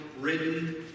written